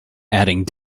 adding